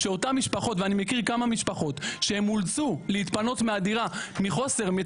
ואני מכיר כמה משפחות שאולצו להתפנות מהדירה מחוסר,